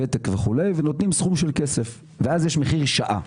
ותק וכו' ונותנים סכום של כסף ואז יש מחיר שעה,